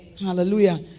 Hallelujah